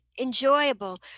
enjoyable